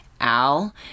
Al